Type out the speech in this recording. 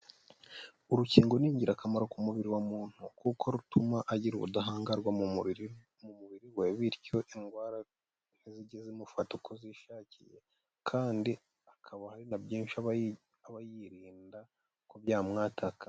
Urukingo ni ingirakamaro ku mubiri wa muntu, kuko rutuma agira ubudahangarwa mu mubiri, mu mubiri we bityo indwara ntizijye zimufata uko zishakiye, kandi akaba hari na byinshi aba yirinda ko byamwataka.